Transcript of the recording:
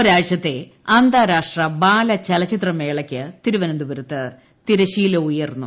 ഒരാഴ്ചത്തെ അന്താരാഷ്ട്ര ബാലചലച്ചിത്ര മേളയ്ക്ക് തിരുവനന്തപുരത്ത് തിരശ്ശീല ഉയർന്നു